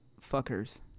fuckers